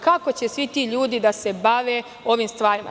Kako će svi ti ljudi da se bave ovim stvarima.